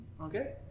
Okay